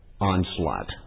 onslaught